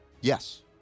Yes